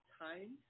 time